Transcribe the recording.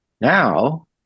now